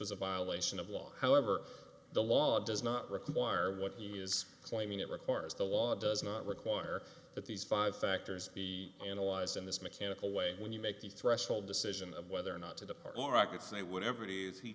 was a violation of law however the law does not require what he is claiming it requires the law does not require that these five factors be analyzed in this mechanical way when you make the threshold decision of whether or not to depart or i could say whatever it is he